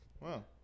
Wow